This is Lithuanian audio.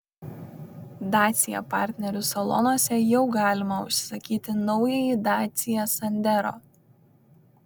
dacia partnerių salonuose jau galima užsisakyti naująjį dacia sandero